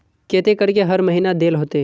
केते करके हर महीना देल होते?